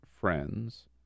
Friends